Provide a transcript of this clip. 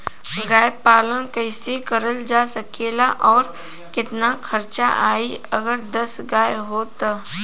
गाय पालन कइसे करल जा सकेला और कितना खर्च आई अगर दस गाय हो त?